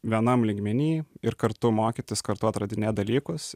vienam lygmeny ir kartu mokytis kartu atradinėt dalykus